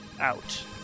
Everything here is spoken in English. out